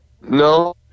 No